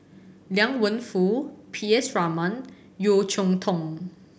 Liang Wenfu P S Raman Yeo Cheow Tong